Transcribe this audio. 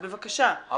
אני מתכנס לסיום,